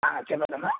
చెప్పండమ్మా